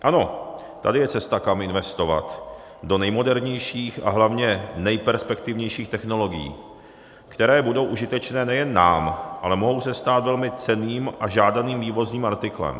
Ano, tady je cesta, kam investovat, do nejmodernějších a hlavně nejperspektivnějších technologií, které budou užitečné nejen nám, ale mohou se stát velmi cenným a žádaným vývozním artiklem.